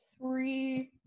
three